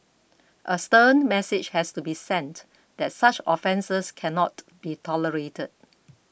a stern message has to be sent that such offences cannot be tolerated